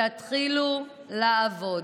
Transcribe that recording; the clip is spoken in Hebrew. תתחילו לעבוד.